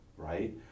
right